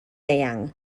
eang